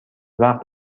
وقت